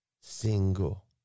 single